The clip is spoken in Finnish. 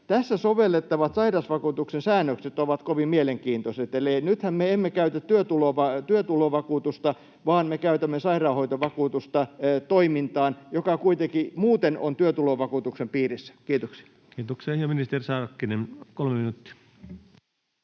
tässä sovellettavat sairausvakuutuksen säännökset ovat kovin mielenkiintoiset. Eli nythän me emme käytä työtulovakuutusta vaan me käytämme sairaanhoitovakuutusta, toimintaan, joka kuitenkin muuten on työtulovakuutuksen piirissä. — Kiitoksia. Kiitoksia. — Ministeri Sarkkinen, 3 minuuttia.